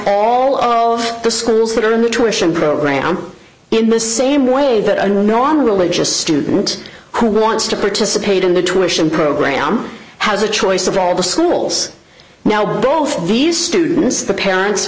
of the schools that are nutrition program in the same way that a non religious student who wants to participate in the tuition program has a choice of all the schools now both these students the parents